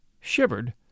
shivered